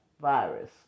virus